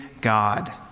God